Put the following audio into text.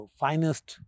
finest